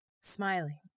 smiling